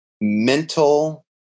mental